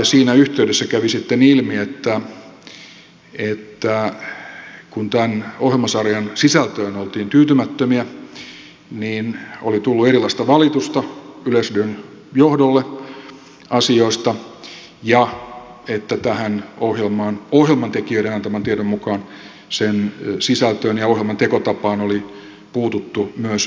siinä yhteydessä kävi sitten ilmi että kun tämän ohjelmasarjan sisältöön oltiin tyytymättömiä niin oli tullut erilaista valitusta yleisradion johdolle asioista ja että tähän ohjelmaan ohjelman tekijöiden antaman tiedon mukaan sen sisältöön ja ohjelman tekotapaan oli puututtu myös yleisradion hallituksesta käsin